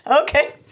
okay